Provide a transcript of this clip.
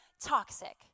toxic